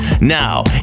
now